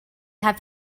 have